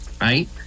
right